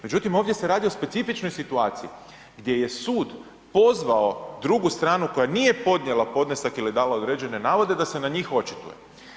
Međutim, ovdje se radi o specifičnoj situaciji gdje je sud pozvao drugu stranu koja nije podnijela podnesak ili dala određene navode da se na njih očituje.